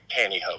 pantyhose